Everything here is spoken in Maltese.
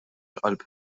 qalb